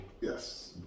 Yes